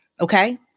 Okay